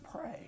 pray